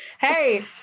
Hey